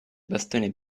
bastone